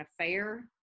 affair